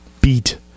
beat